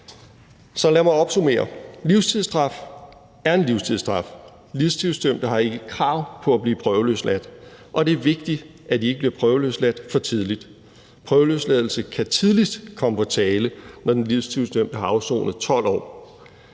Så lad mig opsummere: Livstidsstraf er en livstidsstraf. Livstidsdømte har ikke krav på at blive prøveløsladt, og det er vigtigt, at de ikke bliver prøveløsladt for tidligt. Prøveløsladelse kan tidligst komme på tale, når den livstidsdømte har afsonet 12 år.